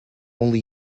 only